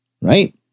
right